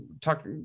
talk